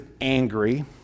angry